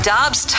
Dobbs